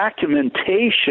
documentation